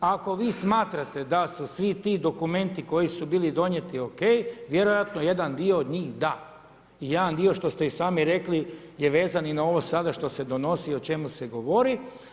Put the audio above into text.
Ako vi smatrate da su svi ti dokumenti koji su bili donijeti o.k. vjerojatno jedan dio od njih da i jedan dio što ste i sami rekli je vezan i na ovo sada što se sada donosi, o čemu se govori.